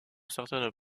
certaines